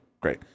Great